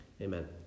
Amen